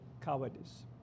cowardice